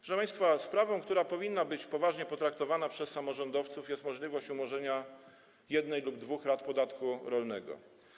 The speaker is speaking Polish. Proszę państwa, sprawą, która powinna być poważnie potraktowana przez samorządowców, jest możliwość umorzenia jednej lub dwóch rat podatku rolnego.